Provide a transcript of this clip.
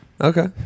Okay